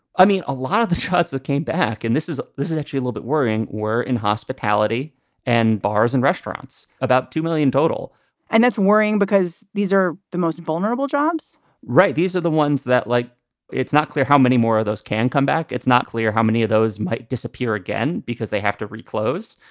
i mean, a lot of the shots that came back and this is this is actually a little bit worrying, were in hospitality and bars and restaurants. about two million total and that's worrying because these are the most vulnerable jobs right. these are the ones that, like it's not clear how many more of those can come back. it's not clear how many of those might disappear again because they have to reclose.